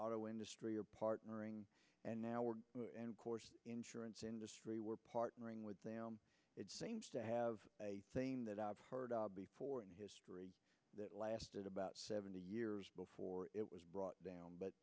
auto industry are partnering and now word and course insurance industry we're partnering with them it seems to have a thing that i've heard of before in history that lasted about seventy years before it was brought down but